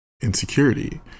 insecurity